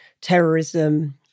terrorism